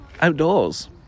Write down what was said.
Outdoors